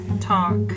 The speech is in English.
talk